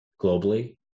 globally